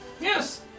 Yes